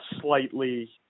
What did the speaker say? slightly